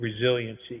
resiliency